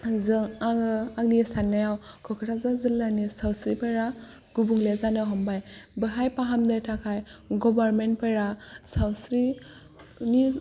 जों आङो आंनि साननायाव क'क्राझार जिल्लानि सावस्रिफोरा गुबुंले जानो हमबाय बेवहाय फाहामनो थाखाय गभर्नमेन्टफोरा सावस्रिनि